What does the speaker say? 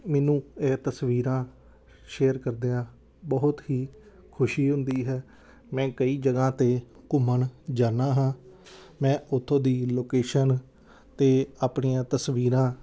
ਮੈਨੂੰ ਇਹ ਤਸਵੀਰਾਂ ਸ਼ੇਅਰ ਕਰਦਿਆਂ ਬਹੁਤ ਹੀ ਖੁਸ਼ੀ ਹੁੰਦੀ ਹੈ ਮੈਂ ਕਈ ਜਗ੍ਹਾ 'ਤੇ ਘੁੰਮਣ ਜਾਂਦਾ ਹਾਂ ਮੈਂ ਉੱਥੋਂ ਦੀ ਲੋਕੇਸ਼ਨ 'ਤੇ ਆਪਣੀਆਂ ਤਸਵੀਰਾਂ